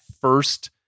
first